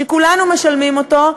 שכולנו משלמים אותו,